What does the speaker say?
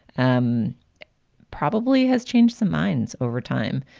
um probably has changed some minds over time.